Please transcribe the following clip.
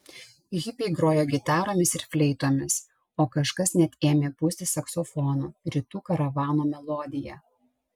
hipiai grojo gitaromis ir fleitomis o kažkas net ėmė pūsti saksofonu rytų karavano melodiją